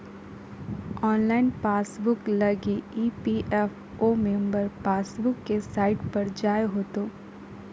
online passbook लगी EPFO member passbook के site पर जाय होतो